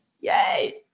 Yay